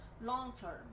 long-term